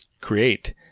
create